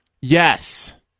Yes